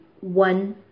One